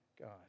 God